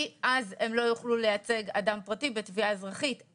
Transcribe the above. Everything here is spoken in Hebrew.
אז הם לא יוכלו לייצג אדם פרטי בתביעה אזרחית.